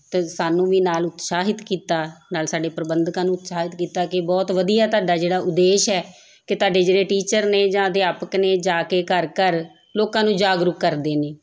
ਅਤੇ ਸਾਨੂੰ ਵੀ ਨਾਲ ਉਤਸ਼ਾਹਿਤ ਕੀਤਾ ਨਾਲ ਸਾਡੇ ਪ੍ਰਬੰਧਕਾਂ ਨੂੰ ਉਤਸ਼ਾਹਿਤ ਕੀਤਾ ਕਿ ਬਹੁਤ ਵਧੀਆ ਤੁਹਾਡਾ ਜਿਹੜਾ ਉਦੇਸ਼ ਹੈ ਕਿ ਤੁਹਾਡੇ ਜਿਹੜੇ ਟੀਚਰ ਨੇ ਜਾਂ ਅਧਿਆਪਕ ਨੇ ਜਾ ਕੇ ਘਰ ਘਰ ਲੋਕਾਂ ਨੂੰ ਜਾਗਰੂਕ ਕਰਦੇ ਨੇ